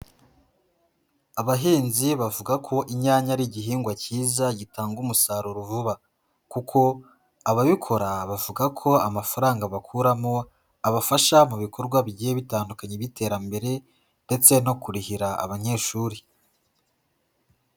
Abahinzi bavuga ko inyanya ari igihingwa cyiza gitanga umusaruro vuba. Kuko ababikora bavuga ko amafaranga bakuramo, abafasha mu bikorwa bigiye bitandukanye by'iterambere, ndetse no kurihira abanyeshuri.